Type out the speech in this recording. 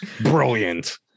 Brilliant